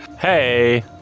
Hey